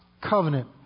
covenant